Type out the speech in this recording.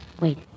Wait